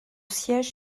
siège